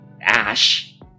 ash